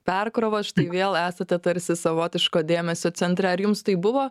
perkrovos štai vėl esate tarsi savotiško dėmesio centre ar jums tai buvo